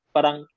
Parang